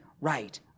right